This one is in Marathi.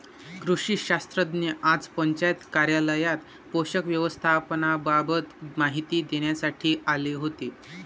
कृषी शास्त्रज्ञ आज पंचायत कार्यालयात पोषक व्यवस्थापनाबाबत माहिती देण्यासाठी आले होते